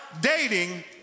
dating